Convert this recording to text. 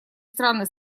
страны